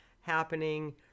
happening